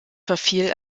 verfiel